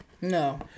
No